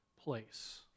Place